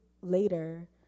later